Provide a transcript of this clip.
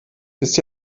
wisst